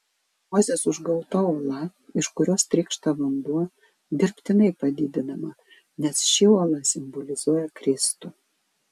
mozės užgauta uola iš kurios trykšta vanduo dirbtinai padidinama nes ši uola simbolizuoja kristų